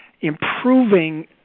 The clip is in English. improving